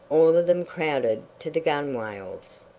all of them crowded to the gunwales.